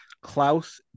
Klaus